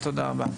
תודה רבה.